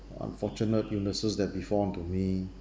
unfortunate illnesses that befall onto me